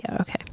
Okay